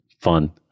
Fun